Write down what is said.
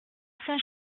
saint